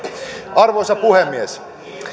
arvoisa puhemies